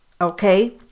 okay